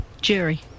Jerry